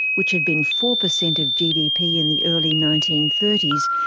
which had been four per cent of gdp in the early nineteen thirty s,